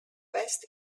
west